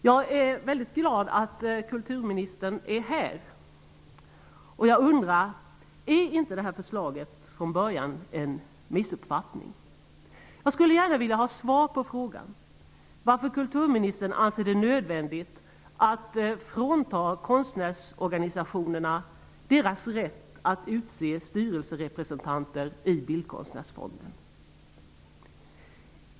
Jag är väldigt glad över att kulturministern finns här i kammaren. Jag undrar om förslaget inte från början är en missuppfattning. Jag skulle gärna vilja ha svar på frågan om varför kulturministern anser det nödvändigt att frånta konstnärsorganisationerna deras rätt att utse styrelserepresentanter i Bildkonstnärsfonden.